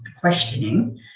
questioning